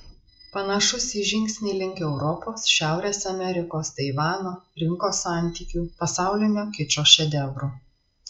panašus į žingsnį link europos šiaurės amerikos taivano rinkos santykių pasaulinio kičo šedevrų